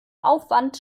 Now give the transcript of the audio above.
aufwand